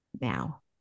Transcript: now